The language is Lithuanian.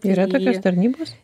yra tokios tarnybos